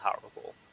powerful